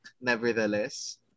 Nevertheless